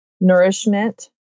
nourishment